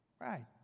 Right